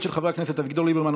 אביגדור ליברמן,